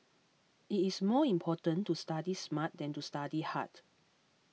it is more important to study smart than to study hard